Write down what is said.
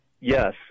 yes